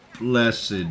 Blessed